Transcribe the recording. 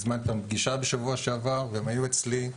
הזמנתי אותם לפגישה בשבוע שעבר הם היו אצלי,